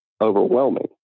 overwhelming